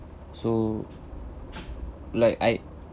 so like I